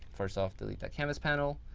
first off, delete the canvas panel.